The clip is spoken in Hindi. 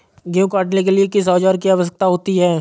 गेहूँ काटने के लिए किस औजार की आवश्यकता होती है?